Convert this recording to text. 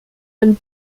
ein